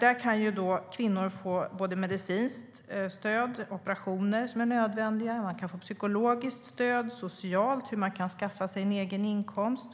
Här kan kvinnor få medicinsk hjälp, nödvändiga operationer och psykologiskt stöd. Kvinnan kan också få socialt stöd för att skaffa sig en egen inkomst